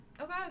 Okay